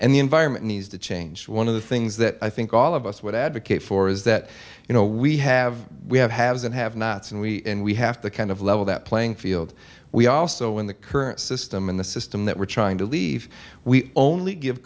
and the environment needs to change one of the things that i think all of us would advocate for is that you know we have we have haves and have nots and we and we have to kind of level that playing field we also in the current system and the system that we're trying to leave we only give